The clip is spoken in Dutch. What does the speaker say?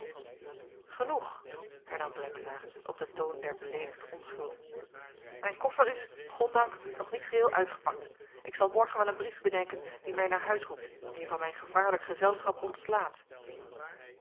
genoeg hernam drenkelaer op den toon der beleedigde onschuld mijn koffer is goddank nog niet geheel uitgepakt ik zal morgen wel een brief bedenken die mij naar huis roept en je van mijn gevaarlijk gezelschap ontslaat